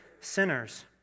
sinners